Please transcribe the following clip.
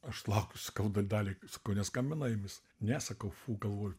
aš laukiu sakau da daliai sakau neskambino eimis ne sakau fu galvoju